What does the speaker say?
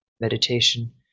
Meditation